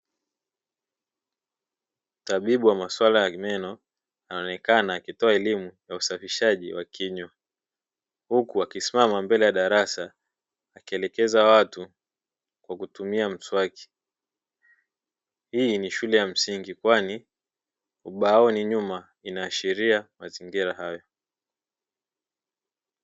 Tabibu wa maswala ya meno anayekaa na akitoa elimu ya usafishaji wa kinywa huku akisimama mbele ya darasa akielekeza watu kwa kutumia mswaki. Hii ni shule ya msingi kwani ubaoni nyuma inaashiria mazingira hayo.